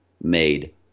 made